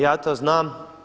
Ja to znam.